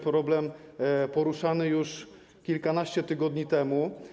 Problem poruszany już kilkanaście tygodni temu.